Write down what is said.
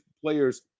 players